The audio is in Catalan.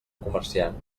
comerciant